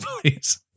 please